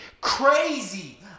crazy